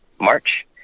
March